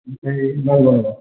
ओमफ्राय नांगौमोन